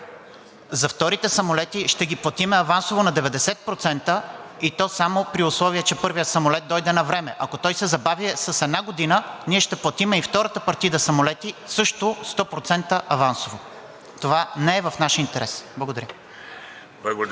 За вторите самолети – ще ги платим авансово на 90%, и то само при условие че първият самолет дойде навреме. Ако той се забави с една година, ние ще платим и втората партида самолети също 100% авансово. Това не е в наш интерес. Благодаря.